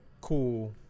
cool